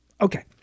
Okay